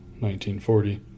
1940